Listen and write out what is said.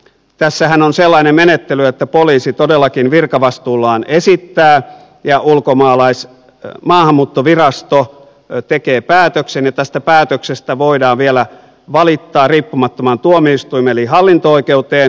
tässähän on sellainen menettely että poliisi todellakin virkavastuullaan esittää ja maahanmuuttovirasto tekee päätöksen ja tästä päätöksestä voidaan vielä valittaa riippumattomaan tuomioistuimeen eli hallinto oikeuteen